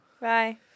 Bye